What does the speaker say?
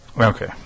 Okay